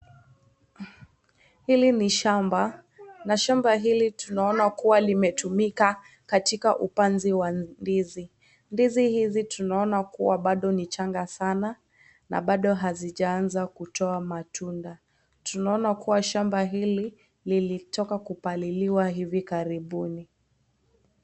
Hili ni shamba, na shamba hili tunaona kuwa limetumika katika upanzi wa ndizi. Ndizi hizi tunaona kuwa bado ni changa sana, na bado hazijaanza kutoa matunda. Tunaona kuwa shamba hili lilitoka kupaliliwa hivi karibuni.